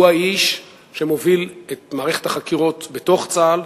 הוא האיש שמוביל את מערכת החקירות בתוך צה"ל,